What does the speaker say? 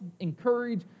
encourage